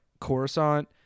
Coruscant